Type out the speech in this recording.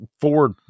Ford